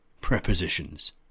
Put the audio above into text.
Prepositions